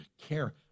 care